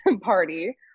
party